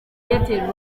airtel